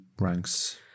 ranks